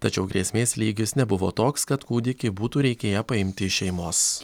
tačiau grėsmės lygis nebuvo toks kad kūdikį būtų reikėję paimti iš šeimos